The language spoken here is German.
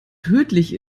tödlich